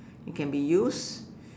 it can be used